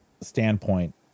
standpoint